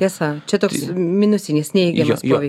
tiesa čia toks minusinis neigiamas poveik